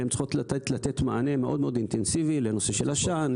והן צריכות לתת מענה מאוד מאוד אינטנסיבי לנושא של עשן,